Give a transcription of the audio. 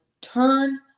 turn